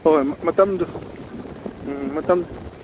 ꯍꯣꯏ ꯃꯇꯝꯗꯨ ꯎꯝ ꯃꯇꯝ